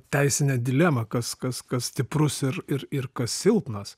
teisinę dilemą kas kas kas stiprus ir ir ir kas silpnas